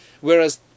Whereas